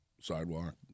sidewalk